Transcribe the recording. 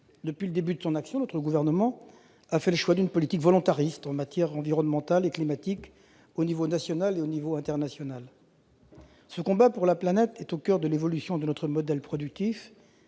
Depuis le début de son action, le Gouvernement a fait le choix d'une politique volontariste en matière environnementale et climatique, au niveau tant national qu'international. Ce combat pour la planète est au coeur de l'évolution de notre modèle productif